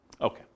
Okay